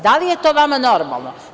Da li je to vama normalno?